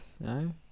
No